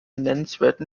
nennenswerten